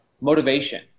motivation